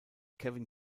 kevin